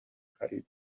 خریدیم